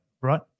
right